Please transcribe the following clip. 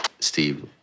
Steve